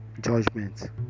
judgment